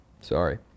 sorry